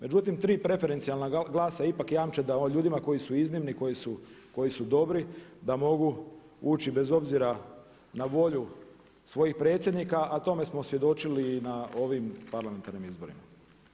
Međutim, tri preferencijalna glasa ipak jamče da ljudima koji su iznimni, koji su dobri da mogu ući bez obzira na volju svojih predsjednika a tome smo svjedočili i na ovim parlamentarnim izborima.